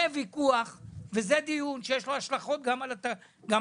זה ויכוח ודיון שיש להם עוד השלכות גם על התקנות.